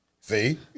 see